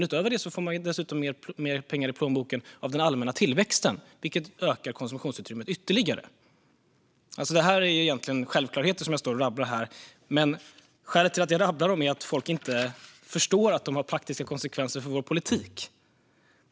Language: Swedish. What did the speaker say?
Utöver detta får man dessutom mer pengar i plånboken av den allmänna tillväxten, vilket ökar konsumtionsutrymmet ytterligare. Det är egentligen självklarheter som jag står här och rabblar, men skälet till att jag rabblar dem är att folk inte förstår att de har praktiska konsekvenser för vår politik.